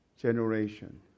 generation